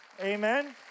Amen